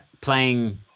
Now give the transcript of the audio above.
playing